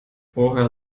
woher